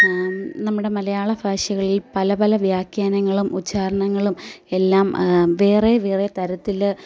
നമ്മുടെ മലയാള ഭാഷകളിൽ പല പല വ്യാഖ്യാനങ്ങളും ഉച്ഛാരണങ്ങളും എല്ലാം വേറെ വേറെ തരത്തില്